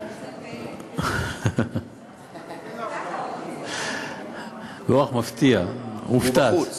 איזה פלא, הפתעת אותי.